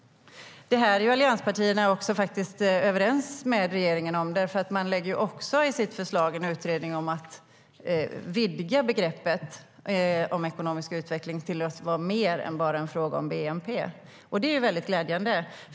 Detta är allianspartierna överens med regeringen om, för ni lägger också fram ett förslag om en utredning om att vidga begreppet ekonomisk utveckling till att vara mer än bara en fråga om bnp. Det är glädjande.